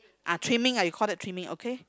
ah trimming ah you call that trimming okay